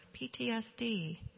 PTSD